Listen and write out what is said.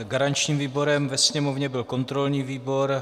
Garančním výborem ve Sněmovně byl kontrolní výbor.